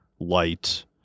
light